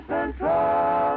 Central